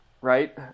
right